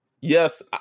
Yes